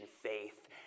faith